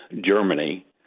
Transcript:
germany